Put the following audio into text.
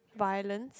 violence